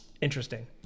Interesting